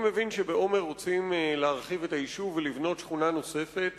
אני מבין שבעומר רוצים להרחיב את היישוב ולבנות שכונה נוספת,